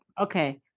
Okay